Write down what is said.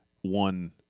one